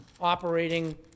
operating